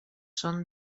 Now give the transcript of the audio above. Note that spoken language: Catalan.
són